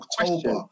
October